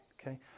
okay